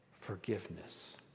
forgiveness